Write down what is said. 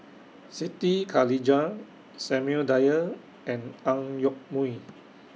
Siti Khalijah Samuel Dyer and Ang Yoke Mooi